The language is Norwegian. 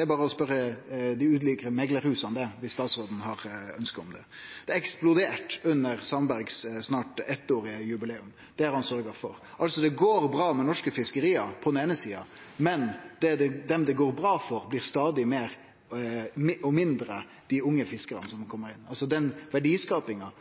er berre å spørje dei ulike meklarhusa, om statsråden har ønske om det. Det har eksplodert under statsråd Sandberg sitt snart eittårige jubileum – det har han sørgt for. Det går bra med dei norske fiskeria på den eine sida, men mindre bra med dei unge fiskarane som kjem inn – altså, dei unge menneska tar i mindre grad del i den verdiskapinga.